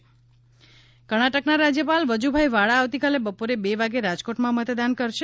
CM મતદાન કર્ણાટકના રાજ્યપાલ વજુભાઇ વાળા આવતીકાલે બપોરે બે વાગ્યે રાજકોટમાં મતદાન કરશે